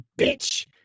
bitch